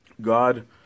God